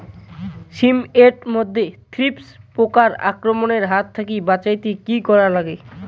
শিম এট মধ্যে থ্রিপ্স পোকার আক্রমণের হাত থাকি বাঁচাইতে কি করা লাগে?